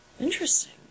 Interesting